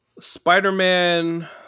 Spider-Man